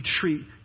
treat